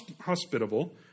hospitable